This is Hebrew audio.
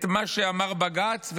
ממה שאמר בג"ץ,